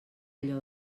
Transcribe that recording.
allò